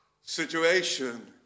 situation